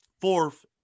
fourth